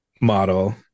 model